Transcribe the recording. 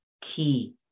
key